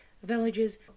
villages